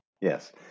Yes